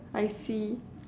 I see